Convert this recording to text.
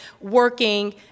working